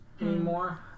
anymore